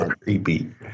Creepy